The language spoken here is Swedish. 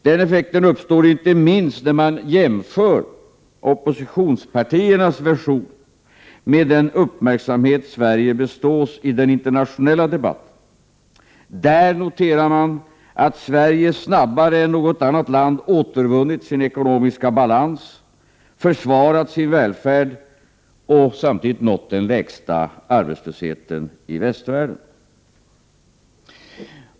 Den effekten uppstår inte minst när man jämför oppositionspartiernas version med den uppmärksamhet Sverige bestås i den internatio nella debatten. Där noterar man att Sverige snabbare än något annat land återvunnit sin ekonomiska balans, försvarat sin välfärd och samtidigt nått den lägsta arbetslösheten i västvärlden.